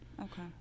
Okay